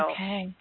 Okay